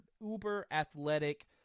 uber-athletic